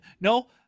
no